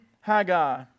Haggai